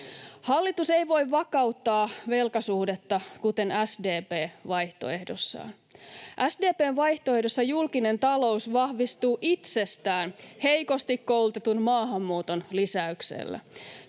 Hallitus ei voi vakauttaa velkasuhdetta kuten SDP vaihtoehdossaan. SDP:n vaihtoehdossa julkinen talous vahvistuu itsestään heikosti koulutetun maahanmuuton lisäyksellä.